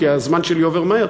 כי הזמן שלי עובר מהר.